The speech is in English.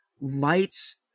lights